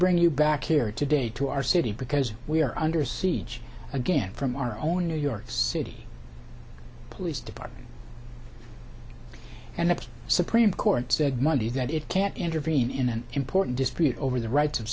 bring you back here today to our city because we are under siege again from our own new york city police department and the supreme court said monday that it can't intervene in an important dispute over the rights of